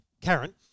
Karen